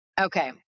Okay